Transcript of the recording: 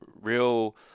real